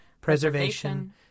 preservation